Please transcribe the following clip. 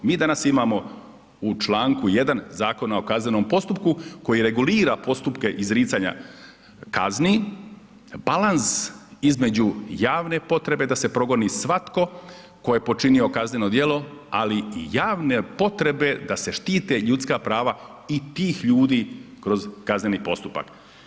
Mi danas imamo u Članku 1. Zakona o kaznenom postupku koji regulira postupke izricanja kazni, balans između javne potrebe da se progoni svatko tko je počinio kazneno djelo, ali i javne potrebe da se štite ljudska prava i tih ljudi kroz kazneni postupak.